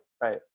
Right